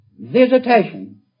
visitation